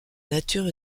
nature